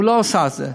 הוא לא עשה את זה.